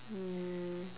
um